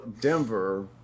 Denver